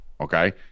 Okay